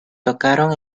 tocaron